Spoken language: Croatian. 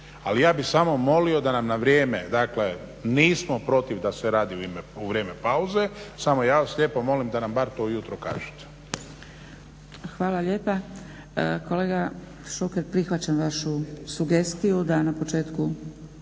Ali ja bih samo molio da nam na vrijeme, dakle nismo protiv da se radi u vrijeme pauze samo ja vas lijepo molim da nam bar to ujutro kažete. **Zgrebec, Dragica (SDP)** Hvala lijepa. Kolega Šuker prihvaćam vašu sugestiju da na početku